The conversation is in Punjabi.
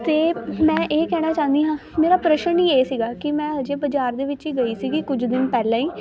ਅਤੇ ਮੈਂ ਇਹ ਕਹਿਣਾ ਚਾਹੁੰਦੀ ਹਾਂ ਮੇਰਾ ਪ੍ਰਸ਼ਨ ਹੀ ਇਹ ਸੀਗਾ ਕਿ ਮੈਂ ਹਜੇ ਬਾਜ਼ਾਰ ਦੇ ਵਿੱਚ ਹੀ ਗਈ ਸੀਗੀ ਕੁਝ ਦਿਨ ਪਹਿਲਾਂ ਹੀ